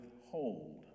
withhold